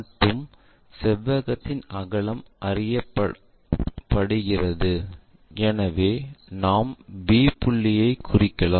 மற்றும் செவ்வகத்தின் அகலம் அறியப்படுகிறது எனவே நாம் b புள்ளியைக் குறிக்கலாம்